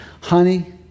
Honey